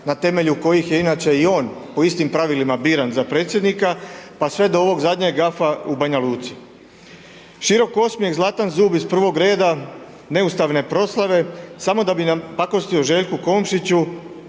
na temelju kojih je inače i on po istim pravilima biran za predsjednika pa sve do ovog zadnjeg gafa u Banja Luci. Širok osmijeh, zlatan zub iz prvog reda neustavne proslave samo da bi napakostio Željku Komšiću,